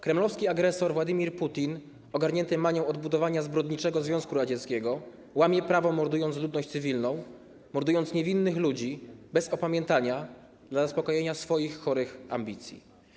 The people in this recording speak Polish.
Kremlowski agresor Władimir Putin ogarnięty manią odbudowania zbrodniczego Związku Radzieckiego łamie prawo, mordując ludność cywilną, mordując niewinnych ludzi bez opamiętania, dla zaspokojenia swoich chorych ambicji.